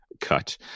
cut